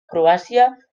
croàcia